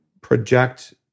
project